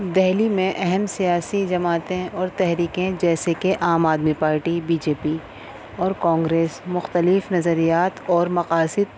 دہلی میں اہم سیاسی جماعتیں اور تحریکیں جیسے کہ Aam Aadmi Party B J P اور کانگریس مختلف نظریات اور مقاصد